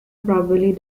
probably